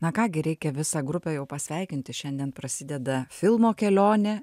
na ką gi reikia visą grupę jau pasveikinti šiandien prasideda filmo kelionė